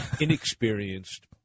inexperienced